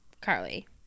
Carly